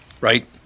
Right